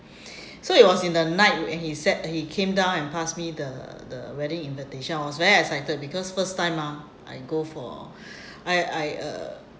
so it was in the night when he said he came down and pass me the the wedding invitation I was very excited because first time mah I go for I I uh